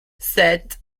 sept